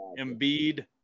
Embiid